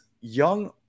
young